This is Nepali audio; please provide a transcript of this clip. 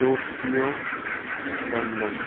Tokyo London